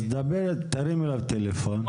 אז תרים אליו טלפון,